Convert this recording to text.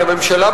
כי הממשלה,